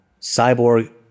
cyborg